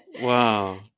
Wow